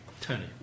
Tony